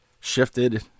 shifted